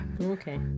okay